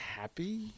happy